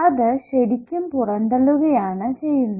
അത് ശെരിക്കും പുറന്തള്ളുകയാണ് ചെയ്യുന്നത്